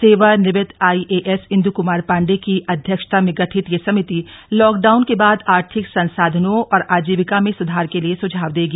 सेवानिवृत आईएएस इंदु कुमार पाण्डे की अध्यक्षता में गठित यह समिति लॉकडाउन के बाद आर्थिक संसाधनों और आजीविका में सृधार के लिए सुझाव देगी